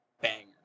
banger